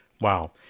Wow